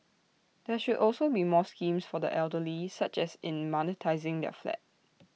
there should also be more schemes for the elderly such as in monetising their flat